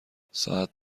ساعت